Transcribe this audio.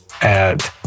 add